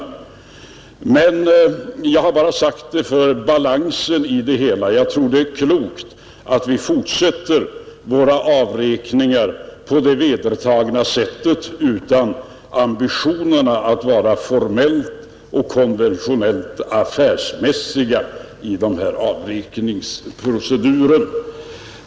Jag har emellertid bara sagt detta för att ge balans åt det hela; jag tror det är klokt att vi fortsätter våra avräkningar på det vedertagna sättet utan ambitionen att vara formellt och konventionellt affärsmässiga i avräkningsproceduren.